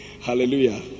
Hallelujah